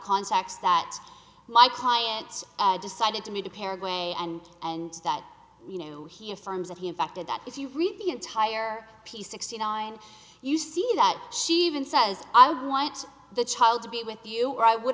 context that my client decided to me to paraguay and and that you know he affirms that he in fact did that if you read the entire piece sixty nine you see that she even says i want the child to be with you or i would